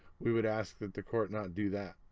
we would ask that the court not do that.